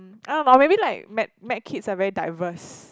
or maybe like med med kids are very diverse